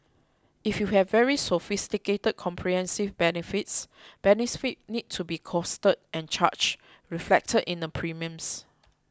if you have very sophisticated comprehensive benefits benefits need to be costed and charged reflected in the premiums